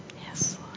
Yes